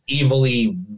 evilly